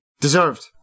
Deserved